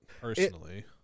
personally